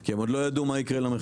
כי הם עוד לא ידעו מה יקרה למחירים.